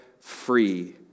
free